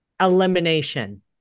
elimination